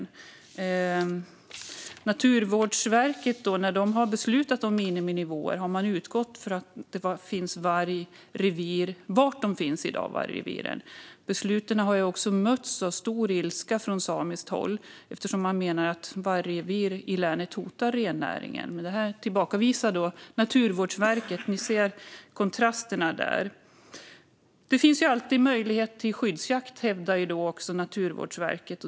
När Naturvårdsverket har fattat beslut om miniminivåer, har man då utgått från var vargreviren finns i dag? Besluten har mötts av stor ilska från samiskt håll eftersom man menar att vargrevir i länet hotar rennäringen. Detta tillbakavisar Naturvårdsverket. Ni ser kontrasterna där. Det finns alltid möjlighet till skyddsjakt, hävdar Naturvårdsverket.